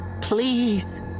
Please